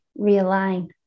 realign